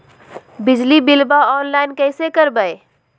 बिजली बिलाबा ऑनलाइन कैसे करबै?